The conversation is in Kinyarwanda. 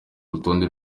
rutonde